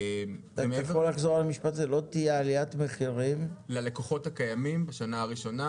לא תהיה עליית מחירים ללקוחות הקיימים לפחות בשנה הראשונה,